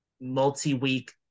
multi-week